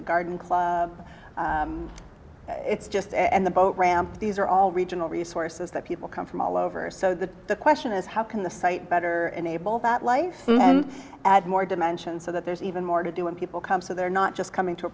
the garden club it's just and the boat ramp these are all regional resources that people come from all over so that the question is how can the site better enable that life and add more dimensions so that there's even more to do when people come so they're not just coming to